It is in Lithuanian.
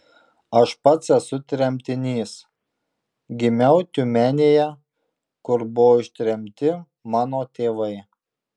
aš pats esu tremtinys gimiau tiumenėje kur buvo ištremti mano tėvai